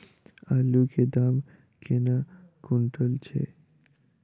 आलु केँ दाम केना कुनटल छैय?